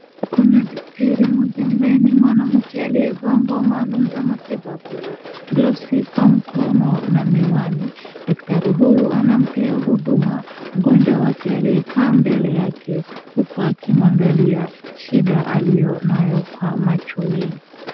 Kuna dakitari mmoja ambaye ni mwanamke aliyevaa nguo maalum za matibabu, glovusi kwa mikono na miwani. Dakitari huyu anampea huduma mgonjwa wake aliyekaa mbele yake huku akimwangalia shida aliyonayo kwa macho.